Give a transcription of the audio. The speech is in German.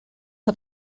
hat